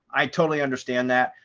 i totally understand that.